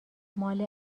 ماله